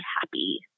happy